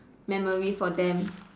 memory for them